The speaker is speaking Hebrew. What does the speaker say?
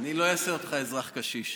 אני לא אעשה אותך אזרח קשיש.